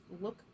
look